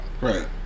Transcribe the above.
Right